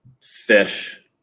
fish